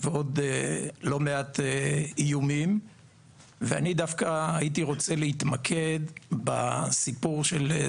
אני מדבר רק על חציון א' 2023. בהלימה